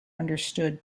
understood